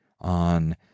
on